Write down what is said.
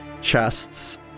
chests